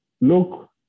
Look